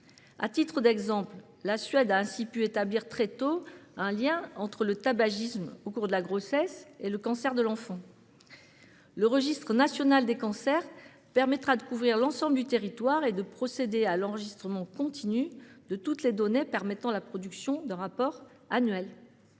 À titre d'exemple, la Suède a ainsi pu établir très tôt un lien entre le tabagisme au cours de la grossesse et le cancer de l'enfant. Le registre national des cancers permettra de couvrir l'ensemble du territoire et de procéder à l'enregistrement continu de toutes les données permettant la production d'un rapport annuel.